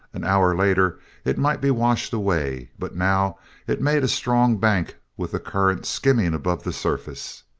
an hour later it might be washed away, but now it made a strong bank with the current skimming above the surface.